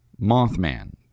Mothman